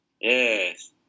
Yes